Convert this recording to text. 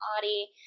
body